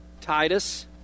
Titus